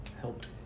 helped